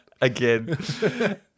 Again